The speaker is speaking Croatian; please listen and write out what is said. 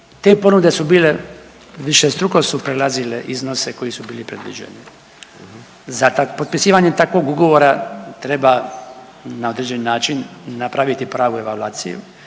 Te ponude su bile, višestruko su prelazile iznose koji su bili predviđeni. Za potpisivanje takvog ugovora treba na određeni način napraviti pravu evaluaciju